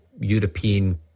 European